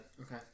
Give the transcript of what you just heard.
Okay